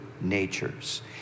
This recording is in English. natures